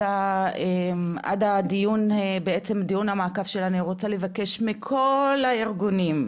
דיון המעקב אני רוצה לבקש מכל הארגונים,